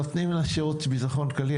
נותנים לשירות הביטחון הכללי,